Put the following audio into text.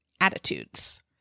attitudes